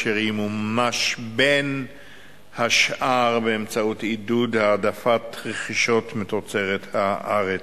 אשר ימומש בין השאר באמצעות עידוד העדפת רכישות מתוצרת הארץ.